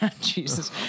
Jesus